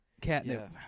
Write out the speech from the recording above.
catnip